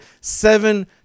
seven